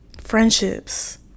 Friendships